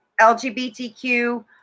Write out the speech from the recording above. lgbtq